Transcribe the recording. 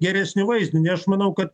geresnį vaizdinį aš manau kad